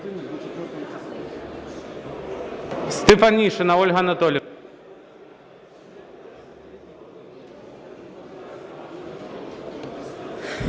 Стефанишина Ольга Анатоліївна.